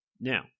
Now